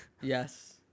Yes